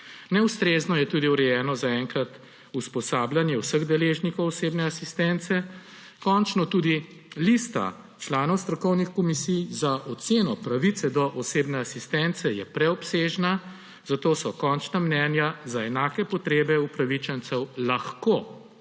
Neustrezno je tudi urejeno zaenkrat usposabljanje vseh deležnikov osebne asistence; končno tudi lista članov strokovnih komisij za oceno pravice do osebne asistence je preobsežna, zato so končna mnenja za enake potrebe upravičencev lahko